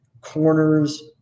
corners